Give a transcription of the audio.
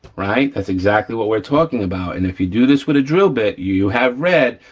right, that's exactly what we're talking about. and if you do this with a drill bit, you you have red,